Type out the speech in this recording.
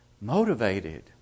motivated